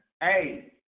Hey